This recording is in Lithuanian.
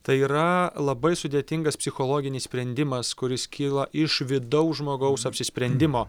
tai yra labai sudėtingas psichologinis sprendimas kuris kyla iš vidaus žmogaus apsisprendimo